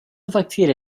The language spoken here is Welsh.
facteria